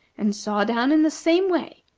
and saw down in the same way,